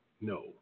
no